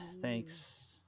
Thanks